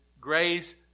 grace